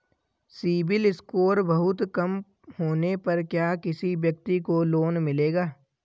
CIBIL score बहुत कम होने पर क्या किसी व्यक्ति को लोंन मिलेगा?